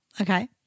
okay